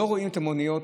לא רואים את המוניות,